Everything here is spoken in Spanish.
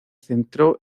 centró